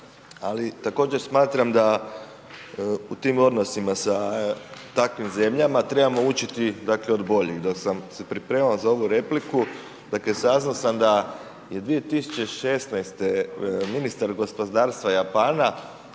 ali također smatram da u tim odnosima sa takvim zemljama trebamo učiti dakle od boljih. Dok sam se pripremao za ovu replika saznao sam da je 2016. ministar gospodarstva Japana